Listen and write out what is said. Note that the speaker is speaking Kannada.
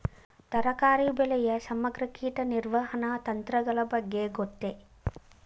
ತರಕಾರಿ ಬೆಳೆಯ ಸಮಗ್ರ ಕೀಟ ನಿರ್ವಹಣಾ ತಂತ್ರಗಳ ಬಗ್ಗೆ ಗೊತ್ತೇ?